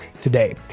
today